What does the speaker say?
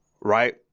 right